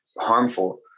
harmful